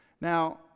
Now